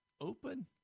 open